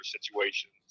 situations